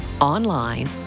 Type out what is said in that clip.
online